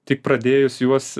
tik pradėjus juos